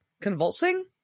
convulsing